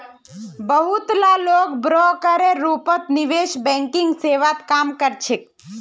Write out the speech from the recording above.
बहुत ला लोग ब्रोकरेर रूपत निवेश बैंकिंग सेवात काम कर छेक